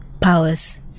powers